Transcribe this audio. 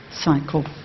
cycle